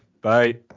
Bye